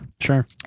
sure